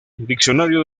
diccionario